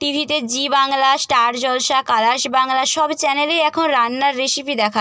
টি ভিতে Zee Bangla Star Jalsha Colors Bangla সব চ্যানেলেই এখন রান্নার রেসিপি দেখায়